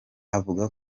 avuga